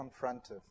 confrontive